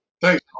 Thanks